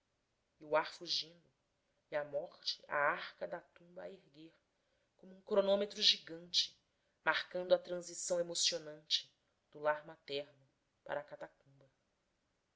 e o ar fugindo e a morte a arca da tumba a erguer como um cronômetro gigante marcando a transição emocionante do lar materno para a